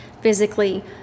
physically